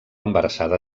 embarassada